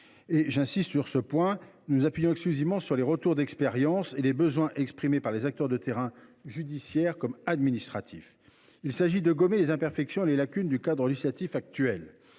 – j’insiste sur ce point – sur les retours d’expérience et les besoins exprimés par les acteurs de terrain, judiciaires comme administratifs. Il s’agit de gommer les imperfections et les lacunes du cadre législatif actuel.